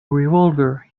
revolver